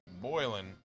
boiling